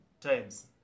times